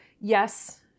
yes